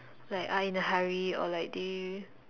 like are in a hurry or like they